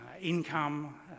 Income